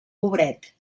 pobret